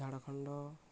Jharkhand